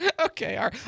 Okay